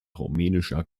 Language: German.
rumänischer